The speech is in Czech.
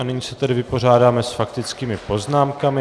A nyní se tedy vypořádáme s faktickými poznámkami.